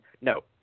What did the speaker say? No